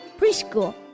preschool